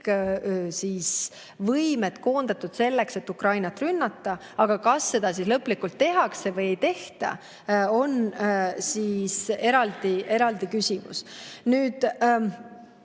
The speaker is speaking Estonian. kõik võimed koondatud selleks, et Ukrainat rünnata, aga kas seda lõpuks tehakse või ei tehta, on eraldi küsimus. Mida